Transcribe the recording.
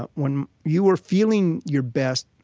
but when you were feeling your best,